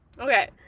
okay